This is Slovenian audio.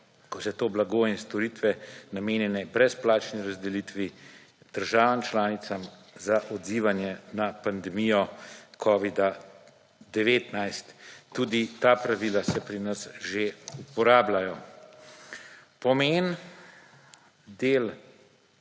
ko so to blago in storitve namenjene brezplačni razdelitvi državam članicam za odzivanje na pandemijo Covid-19. Tudi ta pravila se pri nas že uporabljajo. Pomemben del